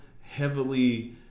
heavily